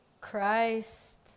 Christ